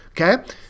okay